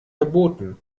verboten